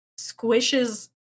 squishes